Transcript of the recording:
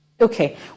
Okay